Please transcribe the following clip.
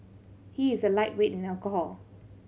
he is a lightweight in alcohol